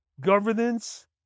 governance